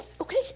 okay